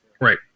Right